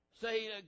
Say